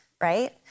right